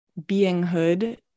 beinghood